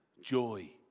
joy